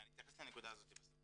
אני אתייחס לנקודה הזאת בסוף.